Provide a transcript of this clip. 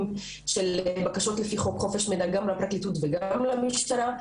של בקשות לפי חוק חופש המידע גם לפרקליטות וגם למשטרה,